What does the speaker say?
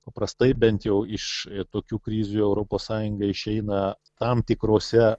paprastai bent jau iš tokių krizių europos sąjunga išeina tam tikrose